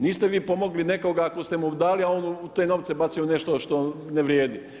Niste vi pomogli nekoga ako ste mu dali, a on te novce baci u nešto što ne vrijedi.